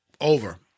Over